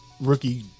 rookie